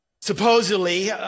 supposedly